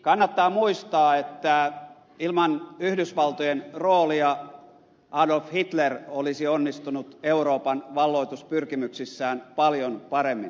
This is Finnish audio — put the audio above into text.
kannattaa muistaa että ilman yhdysvaltojen roolia adolf hitler olisi onnistunut euroopan valloituspyrkimyksissään paljon paremmin